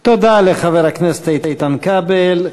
תודה לחבר הכנסת איתן כבל.